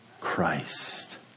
Christ